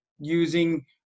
using